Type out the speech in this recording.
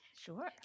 Sure